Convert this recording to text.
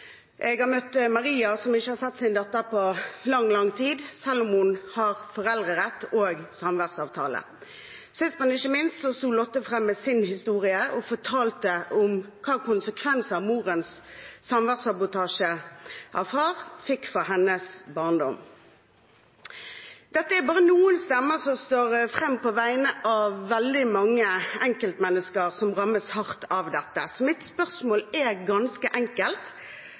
Jeg har møtt Maria, som ikke har sett sin datter på lang, lang tid, selv om hun har foreldrerett og samværsavtale. Sist, men ikke minst sto Lotte fram med sin historie og fortalte om hvilke konsekvenser morens samværssabotasje av far fikk for hennes barndom. Dette er bare noen stemmer som står fram på vegne av veldig mange enkeltmennesker som rammes hardt av dette. Mitt spørsmål er ganske enkelt: